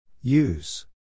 Use